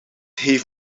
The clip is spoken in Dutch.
heeft